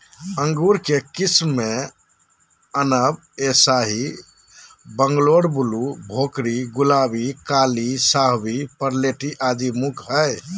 अंगूर के किस्म मे अनब ए शाही, बंगलोर ब्लू, भोकरी, गुलाबी, काली शाहवी, परलेटी आदि मुख्य हई